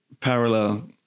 parallel